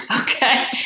Okay